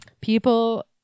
people